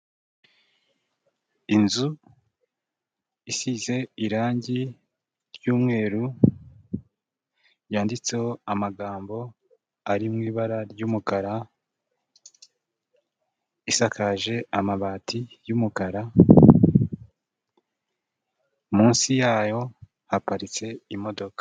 Inzu isize irangi ry'umweru, yanditseho amagambo ari mu ibara ry'umukara, isakaje amabati y'umukara, munsi yayo haparitse imodoka.